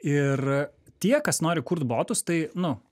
ir tie kas nori kurt botus tai nu